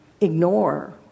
ignore